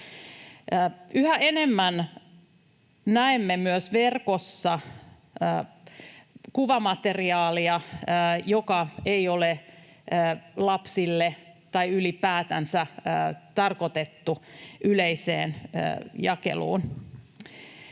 Yhä enemmän näemme myös verkossa kuvamateriaalia, joka ei ole lapsille tai ylipäätänsä tarkoitettu yleiseen jakeluun.